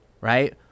right